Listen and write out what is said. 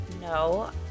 No